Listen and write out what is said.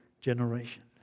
generation